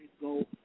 go